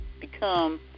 become